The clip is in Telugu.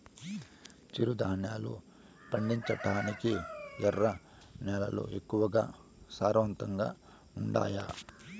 చిరుధాన్యాలు పండించటానికి ఎర్ర నేలలు ఎక్కువగా సారవంతంగా ఉండాయా